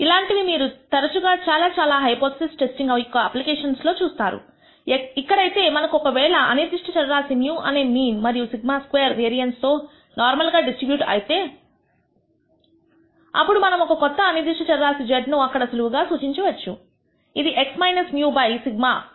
ఇలాంటివి మీరు తరచుగా చాలా చాలా హైపోథిసిస్ టెస్టింగ్ యొక్క అప్లికేషన్స్ లో చూస్తారు ఇక్కడైతే మనకు ఒకవేళ అనిర్దిష్ట చర రాశి μ అనే మీన్ మరియు σ2 వేరియన్స్ తో నార్మల్ గా డిస్ట్రిబ్యూట్ అయితే అప్పుడు మనం ఒక కొత్త అనిర్దిష్ట చరరాశి z ను అక్కడ సులువుగా సూచించవచ్చు ఇది x μ బై σ